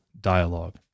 dialogue